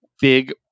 big